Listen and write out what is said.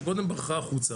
שקודם ברחה החוצה.